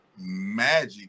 magic